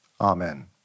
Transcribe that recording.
Amen